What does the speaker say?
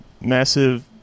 massive